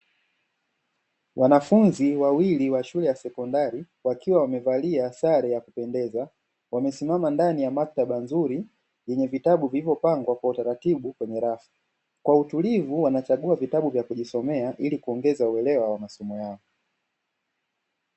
Wanafunzi wawili wa shule ya sekondari wakiwa wamevalia sare ya kupendeza, wamesimama ndani ya maktaba nzuri yenye vitabu vilivyopangwa kwa utaratibu kwenye rafu. Kwa utulivu wanachagua vitabu vya kujisomea ili kuongeza uelewa wa masomo yao.